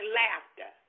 laughter